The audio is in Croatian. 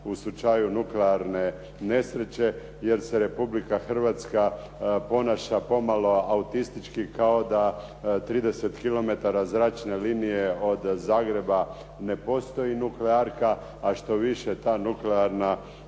u slučaju nuklearne nesreće, jer se Republika Hrvatska ponaša pomalo autistički kao da 30 kilometara zračne linije od Zagreba ne postoji nuklearka, a što više ta nuklearna elektrana